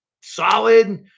solid